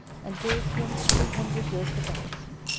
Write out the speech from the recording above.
and gave him three hundred yoke of oxen,